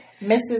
Mrs